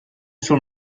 suo